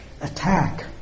Attack